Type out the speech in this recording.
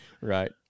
Right